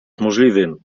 możliwym